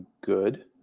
good